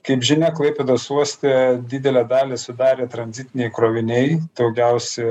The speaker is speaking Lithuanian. kaip žinia klaipėdos uoste didelę dalį sudarė tranzitiniai kroviniai daugiausia